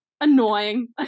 Annoying